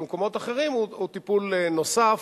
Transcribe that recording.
ובמקומות אחרים הוא טיפול נוסף,